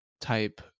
type